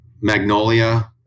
Magnolia